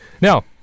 Now